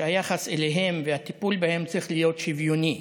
היחס אליהם והטיפול בהם צריך להיות שוויוני,